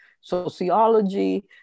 sociology